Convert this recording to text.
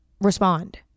respond